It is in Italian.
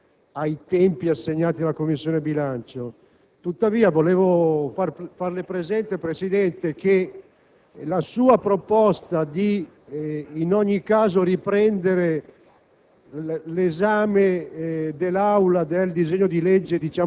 Presidente, condivido la sua proposta relativamente ai tempi assegnati alla Commissione bilancio. Tuttavia volevo farle presente che la sua proposta di riprendere